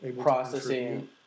processing